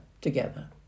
together